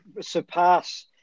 surpass